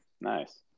Nice